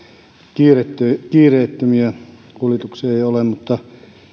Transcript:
kiireettömiä kiireettömiä kuljetuksia ei ole mutta